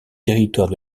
territoire